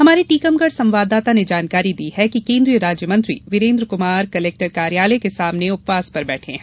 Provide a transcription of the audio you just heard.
हमारे टीकमगढ संवाददाता ने जानकारी दी है कि केंद्रीय राज्य मंत्री वीरेन्द्र कुमार कलेक्टर कार्यालय के सामने उपवास पर बैठे हैं